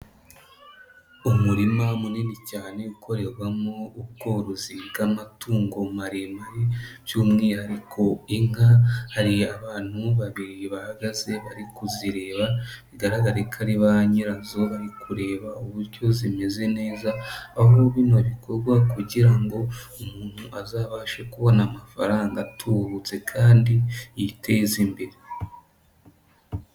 Umurima munini cyane ukorerwamo ubworozi bw'amatungo maremare by'umwihariko inka, hari abantu babiri bahagaze bari kuzireba bigaregare ko ari ba nyirazo bari kureba uburyo zimeze neza, aho bino bikorwa kugira ngo umuntu azabashe kubona amafaranga atubutse kandi yiteze imbere.